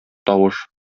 тавыш